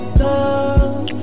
love